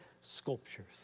sculptures